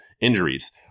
Injuries